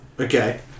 Okay